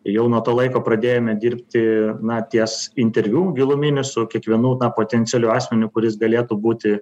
jau nuo to laiko pradėjome dirbti na ties interviu giluminiu su kiekvienu potencialiu asmeniu kuris galėtų būti